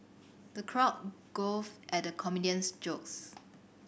the crowd guffaw at comedian's jokes